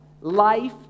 life